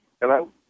Hello